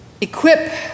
equip